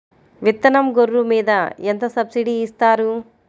విత్తనం గొర్రు మీద ఎంత సబ్సిడీ ఇస్తారు?